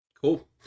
Cool